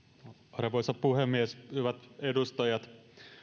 arvoisa puhemies hyvät edustajat